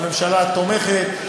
והממשלה תומכת.